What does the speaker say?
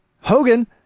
Hogan